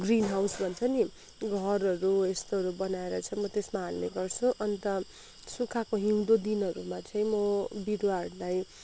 green house भन्छ नि घरहरू यस्तोहरू बनाएर चाहिँ म त्यसमा हाल्ने गर्छु अन्त सुक्खाको हिउँदो दिनहरूमा चाहिँ म बिरुवाहरूलाई